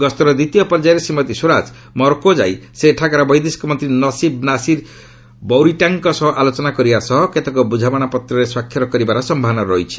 ଗସ୍ତର ଦ୍ୱିତୀୟ ପର୍ଯ୍ୟାୟରେ ଶ୍ରୀମତୀ ସ୍ୱରାଜ ମରୋକୋ ଯାଇ ସେଠାକାର ବୈଦେଶିକ ମନ୍ତ୍ରୀ ନସିବ୍ ନାସିର୍ ବୌରିଟାଙ୍କ ସହ ଆଲୋଚନା କରିବା ସହ କେତେକ ବୁଝାମଣାପତ୍ରରେ ସ୍ୱାକ୍ଷର କରିବାର ସମ୍ଭାବନା ରହିଛି